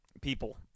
people